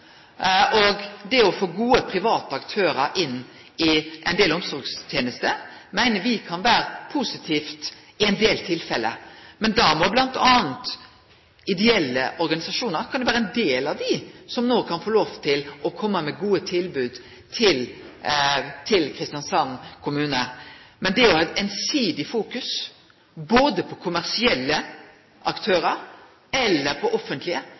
Det å få gode private aktørar inn i ein del omsorgstenester meiner me kan vere positivt i ein del tilfelle. Men da kan m.a. ideelle organisasjonar vere ein del av dei som no kan få lov til å komme med gode tilbod til Kristiansand kommune. Men det å ha eit einsidig fokus på kommersielle aktørar eller på offentlege